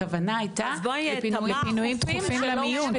הכוונה הייתה לפינויים דחופים למיון.